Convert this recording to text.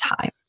time